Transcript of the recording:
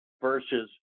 versus